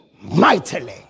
mightily